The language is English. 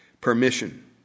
permission